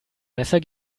messer